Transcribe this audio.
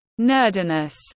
nerdiness